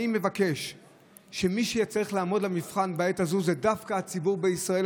אני מבקש שמי שיהיה צריך לעמוד למבחן בעת הזו זה דווקא הציבור בישראל,